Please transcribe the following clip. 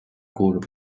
kuulub